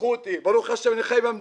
לקחו אותי, ברוך השם, אני חי במדינה.